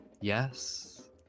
yes